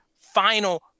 final